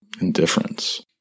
indifference